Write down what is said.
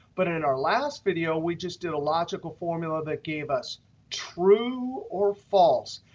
but in our last video, we just did a logical formula that gave us true or false.